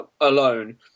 alone